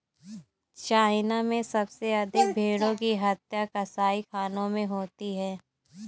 China में सबसे अधिक भेंड़ों की हत्या कसाईखानों में होती है